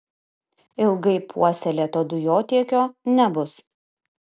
ilgai puoselėto dujotiekio nebus